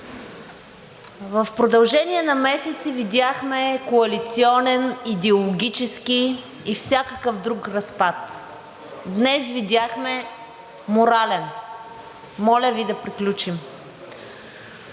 В продължение на месеци видяхме коалиционен, идеологически и всякакъв друг разпад. Днес видяхме морален. Моля Ви да приключим!